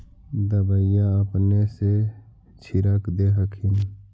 दबइया अपने से छीरक दे हखिन?